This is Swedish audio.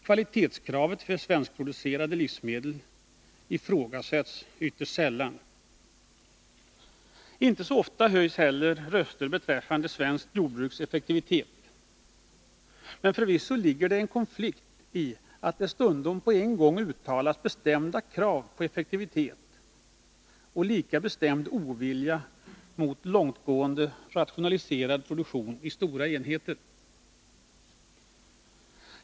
Kvalitetskravet för svenskproducerade livsmedel ifrågasätts ytterst sällan. Inte så ofta höjs heller röster beträffande svenskt jordbruks effektivitet, men förvisso ligger det en konflikt i att det stundom på samma gång uttalas bestämda krav på effektivitet och en lika bestämd ovilja mot långtgående rationaliserad produktion i stora enheter.